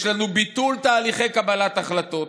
יש לנו ביטול תהליכי קבלת החלטות,